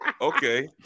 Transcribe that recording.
Okay